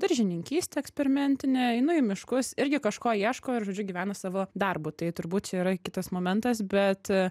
daržininkystė eksperimentinė einu į miškus irgi kažko ieško ir žodžiu gyvena savo darbu tai turbūt čia yra kitas momentas bet